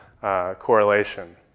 correlation